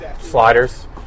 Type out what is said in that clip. sliders